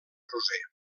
roser